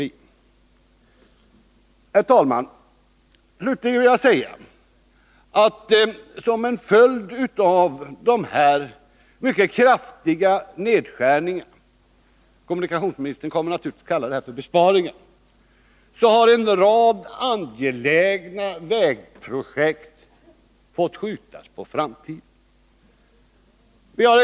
Herr talman! Slutligen vill jag säga att som en följd av de mycket kraftiga nedskärningarna — kommunikationsministern kommer naturligtvis att kalla det för besparingar — har en rad angelägna vägprojekt fått skjutas på framtiden.